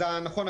אז נכון,